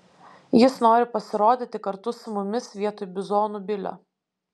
jis nori pasirodyti kartu su mumis vietoj bizonų bilio